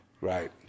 Right